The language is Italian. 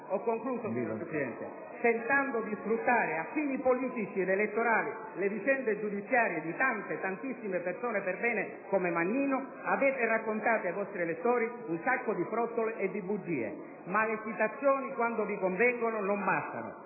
in giro per l'Italia, tentando di sfruttare a fini politici ed elettorali le vicende giudiziarie di tante, tantissime, persone perbene, come Mannino, avete raccontato ai vostri elettori un sacco di frottole e di bugie. Ma le citazioni quando vi convengono non bastano: